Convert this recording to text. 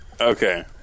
Okay